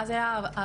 ואז היו הזומים.